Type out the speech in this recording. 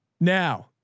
now